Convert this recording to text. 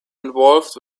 involved